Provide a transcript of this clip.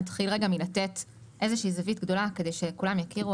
נתחיל מלתת איזושהי זווית גדולה כדי שכולם יכירו,